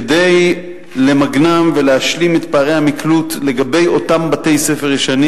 כדי למגנם ולהשלים את פערי המקלוט לגבי אותם בתי-ספר ישנים